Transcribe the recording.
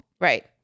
Right